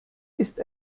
ist